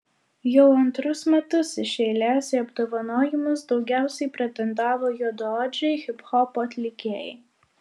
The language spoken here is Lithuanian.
jau antrus metus iš eilės į apdovanojimus daugiausiai pretendavo juodaodžiai hiphopo atlikėjai